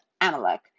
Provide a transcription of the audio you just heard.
Amalek